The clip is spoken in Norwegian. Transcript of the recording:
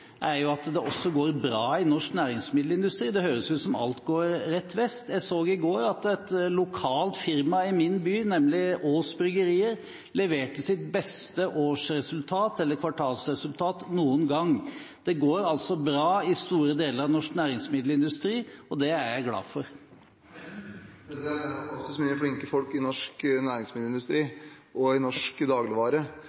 er at det også går bra i norsk næringsmiddelindustri. Det høres ut som alt går rett vest. Jeg så i går at et lokalt firma i min by, nemlig Aass Bryggeri, leverte sitt beste kvartalsresultat noen gang. Det går altså bra i store deler av norsk næringsmiddelindustri, og det er jeg glad for. Det er fantastisk mange flinke folk i norsk næringsmiddelindustri